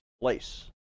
place